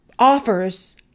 offers